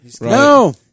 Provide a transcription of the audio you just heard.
No